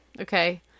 Okay